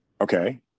Okay